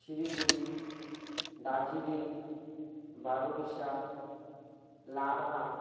Siliguri Darjeeling Barobisha lava